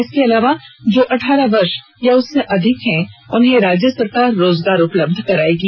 इसके अलावा जो अठारह वर्ष या उससे अधिक उम्र की हैं उन्हें राज्य सरकार रोजगार उपलब्ध करायेगी